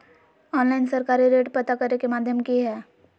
Online सरकारी rate पता करे के माध्यम की हय?